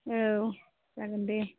औ जागोन दे